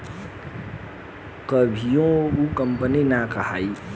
कभियो उ कंपनी ना कहाई